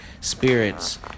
Spirits